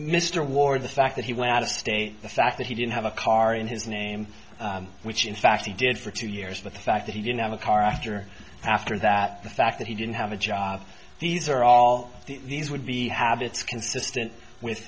mr ward the fact that he went out of state the fact that he didn't have a car in his name which in fact he did for two years with the fact that he didn't have a car after after that the fact that he didn't have a job these are all these would be habits consistent with